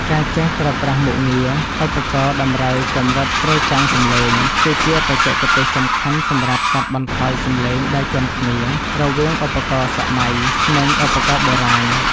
ការចេះប្រើប្រាស់មុខងារ ឧបករណ៍តម្រូវកម្រិតប្រេកង់សំឡេង គឺជាបច្ចេកទេសសំខាន់សម្រាប់កាត់បន្ថយសំឡេងដែលជាន់គ្នា រវាងឧបករណ៍សម័យ និងឧបករណ៍បុរាណ។